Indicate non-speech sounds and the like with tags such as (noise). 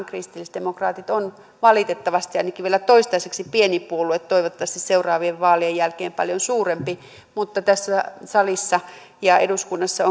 (unintelligible) kristillisdemokraatit on valitettavasti ainakin vielä toistaiseksi pieni puolue toivottavasti seuraavien vaalien jälkeen paljon suurempi mutta tässä salissa ja eduskunnassa (unintelligible)